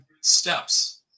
steps